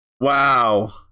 Wow